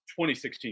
2016